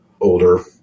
older